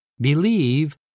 believe